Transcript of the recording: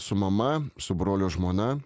su mama su brolio žmona